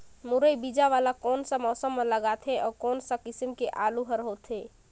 मुरई बीजा वाला कोन सा मौसम म लगथे अउ कोन सा किसम के आलू हर होथे?